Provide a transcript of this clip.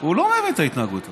הוא לא אוהב את ההתנהגות הזאת.